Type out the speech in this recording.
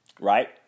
right